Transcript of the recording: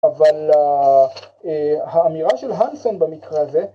אבל האמירה של הנסון במקרה הזה